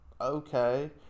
okay